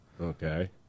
Okay